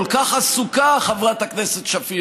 כל כך עסוקה חברת הכנסת שפיר,